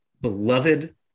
beloved